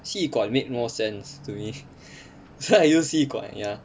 吸管 make more sense to me so I use 吸管 ya